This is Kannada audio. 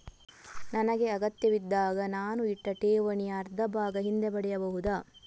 ನನಗೆ ಅಗತ್ಯವಿದ್ದಾಗ ನಾನು ಇಟ್ಟ ಠೇವಣಿಯ ಅರ್ಧಭಾಗ ಹಿಂದೆ ಪಡೆಯಬಹುದಾ?